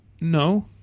No